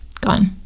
gone